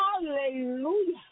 Hallelujah